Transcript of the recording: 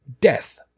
death